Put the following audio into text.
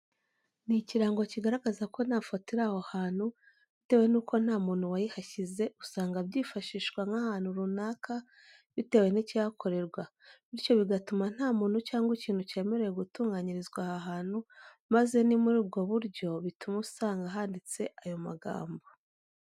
Ni ikirango kigaragaza ko nta foto iri aho hantu bitewe nuko nta muntu wayihashyize usanga byifashishwa nk'ahantu runaka bitewe nikihakorerwa, bityo bigatuma nta muntu cyangwa ikintu cyemerewe gutunganyirizwa aha hantu maze ni muri ubwovburyo bituma usanga handitse ayo magambo.